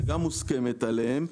שגם מוסכמת עליהם,